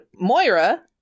Moira